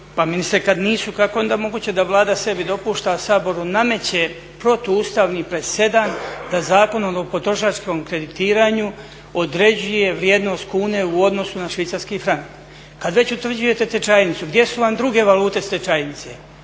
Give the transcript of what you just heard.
Pa ministre kad nisu kako je onda moguće da Vlada sebi dopušta, a Saboru nameće protuustavni presedan da Zakonom o potrošačkom kreditiranju određuje vrijednost kune u odnosu na švicarski franak? Kad već utvrđuje tečajnicu gdje su vam druge valute s tečajnice?